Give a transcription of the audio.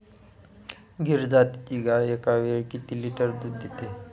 गीर जातीची गाय एकावेळी किती लिटर दूध देते?